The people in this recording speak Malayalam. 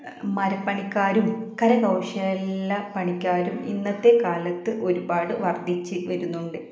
മരപ്പണിക്കാരും കരകൗശല്ല പണിക്കാരും ഇന്നത്തെക്കാലത്ത് ഒരുപാട് വർദ്ധിച്ചു വരുന്നുണ്ട്